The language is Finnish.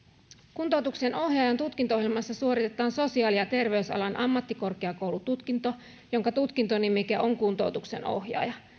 kuntoutuksen ohjaajan tutkinto ohjelmassa suoritetaan sosiaali ja terveysalan ammattikorkeakoulututkinto jonka tutkintonimike on kuntoutuksen ohjaaja